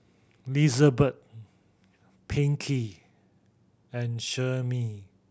Lizabeth Pinkey and Sherri